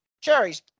cherries